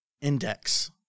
index